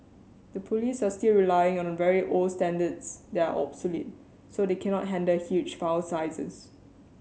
the police are still relying on very old standards that are obsolete so they cannot handle huge file sizes